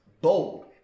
bold